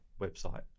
website